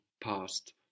past